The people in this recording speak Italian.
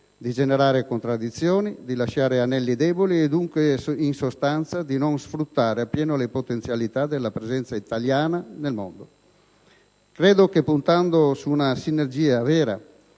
di generare contraddizioni, di lasciare anelli deboli e dunque, in sostanza, di non sfruttare appieno le potenzialità della presenza italiana nel mondo. Credo che puntando su una sinergia vera